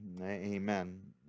amen